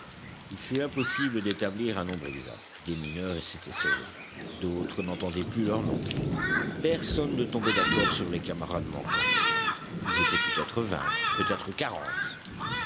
il fut impossible d'établir un nombre exact des mineurs s'étaient sauvés d'autres n'entendaient plus leur nom personne ne tombait d'accord sur les camarades manquants ils étaient peut-être vingt peut-être quarante